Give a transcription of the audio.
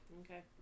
Okay